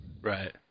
Right